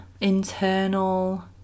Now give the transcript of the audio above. internal